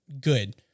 good